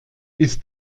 ist